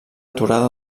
aturada